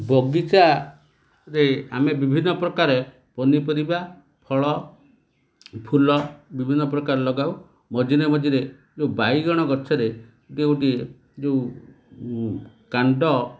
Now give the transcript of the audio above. ବଗିଚାରେ ଆମେ ବିଭିନ୍ନ ପ୍ରକାରେ ପନିପରିବା ଫଳ ଫୁଲ ବିଭିନ୍ନ ପ୍ରକାର ଲଗାଉ ମଝିରେ ମଝିରେ ଯେଉଁ ବାଇଗଣ ଗଛରେ ଯେଉଁଟି ଯେଉଁ କାଣ୍ଡ